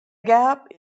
gap